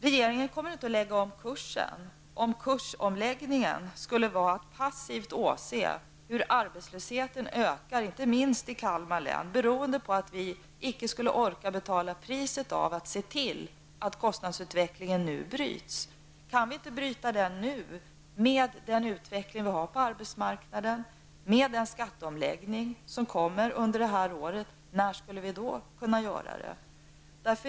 Regeringen kommer inte att lägga om kursen, om en kursomläggning skulle innebära att passivt åse hur arbetslösheten ökar, inte minst i Kalmar län, beroende på att vi icke skulle orka betala priset av att se till att kostnadsutvecklingen nu bryts. Kan vi inte bryta den nu med den utveckling vi har på arbetsmarknaden och med den skatteomläggning som genomförs under det här året -- när skall vi då kunna göra det?